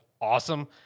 awesome